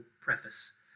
preface